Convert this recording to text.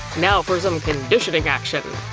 now for some conditioning action.